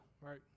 right